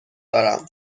دارم